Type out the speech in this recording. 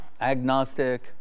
agnostic